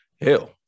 Hell